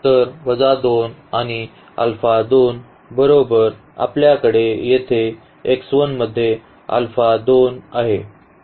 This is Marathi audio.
तर वजा 2 आणि अल्फा 2 बरोबर आपल्याकडे येथे x 1 मध्ये अल्फा 2 आहे